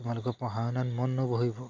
তোমালোকৰ পঢ়া শুনাত মন নবহিব